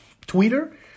Twitter